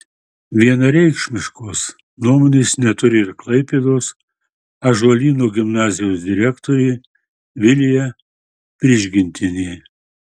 vienareikšmiškos nuomonės neturi ir klaipėdos ąžuolyno gimnazijos direktorė vilija prižgintienė